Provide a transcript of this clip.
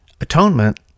atonement